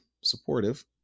supportive